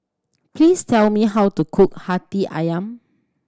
please tell me how to cook Hati Ayam